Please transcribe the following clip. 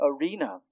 arena